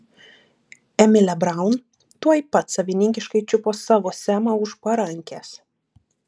emilė braun tuoj pat savininkiškai čiupo savo semą už parankės